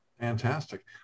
Fantastic